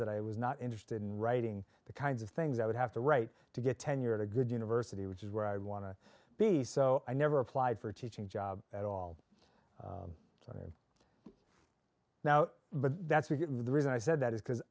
that i was not interested in writing the kinds of things i would have to write to get tenure at a good university which is where i want to be so i never applied for a teaching job at all now but that's the reason i said that is because